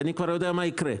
אני כבר יודע מה יקרה,